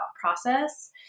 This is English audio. process